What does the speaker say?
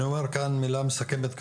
אני אומר כאן מילה מסכמת,